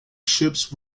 ships